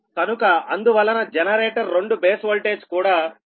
కనుక అందువలన generator 2 base voltage కూడా 6